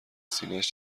سینهاش